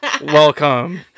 Welcome